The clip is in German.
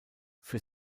für